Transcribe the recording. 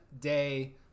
day